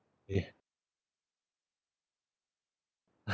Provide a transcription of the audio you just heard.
yeah